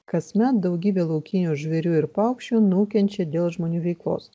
kasmet daugybė laukinių žvėrių ir paukščių nukenčia dėl žmonių veiklos